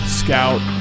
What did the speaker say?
scout